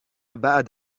بعد